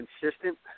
consistent